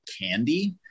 Candy